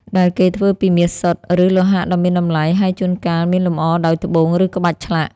ដែលគេធ្វើពីមាសសុទ្ធ ឬលោហៈដ៏មានតម្លៃ ហើយជួនកាលមានលម្អដោយត្បូង ឬក្បាច់ឆ្លាក់។